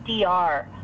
DR